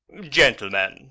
gentlemen